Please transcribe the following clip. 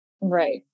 Right